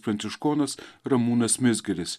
pranciškonas ramūnas mizgiris